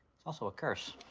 it's also a curse,